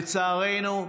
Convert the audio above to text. לצערנו,